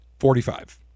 Forty-five